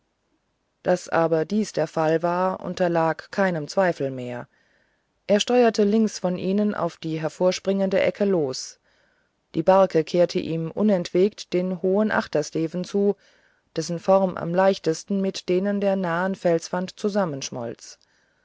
daß aber dies der fall war unterlag keinem zweifel mehr er steuerte links von ihnen auf die hervorspringende ecke los die barke kehrte ihm unentwegt den hohen achtersteven zu dessen form am leichtesten mit denen der nahen felsenwand zusammenschmolz